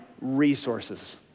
resources